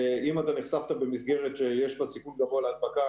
אם אתה נחשפת במסגרת שיש בה סיכון גבוה להדבקה,